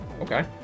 okay